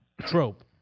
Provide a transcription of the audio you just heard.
trope